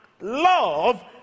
love